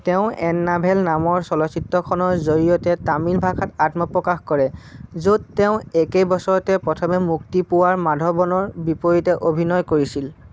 তেওঁ এননাভেল নামৰ চলচ্চিত্ৰখনৰ জৰিয়তে তামিল ভাষাত আত্মপ্ৰকাশ কৰে য'ত তেওঁ একে বছৰতে প্ৰথমে মুক্তি পোৱা মাধৱনৰ বিপৰীতে অভিনয় কৰিছিল